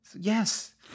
Yes